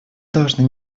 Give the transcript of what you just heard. должны